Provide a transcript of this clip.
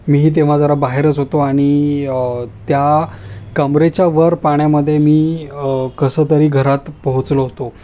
मीही तेव्हा जरा बाहेरच होतो आणि त्या कमरेच्यावर पाण्यामध्ये मी कसंतरी घरात पोहोचलो होतो